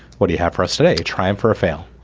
what do you have for us today trying for a fail